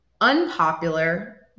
Unpopular